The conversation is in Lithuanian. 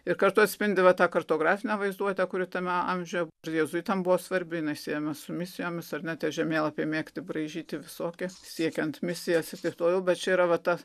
ir kartu atspindi va tą kartografinę vaizduotę kuri tame amžiuje ir jėzuitam buvo svarbi siejama su misijomis ar ne tie žemėlapių mėgti braižyti visokie siekiant misijos ir toliau bet čia yra va ta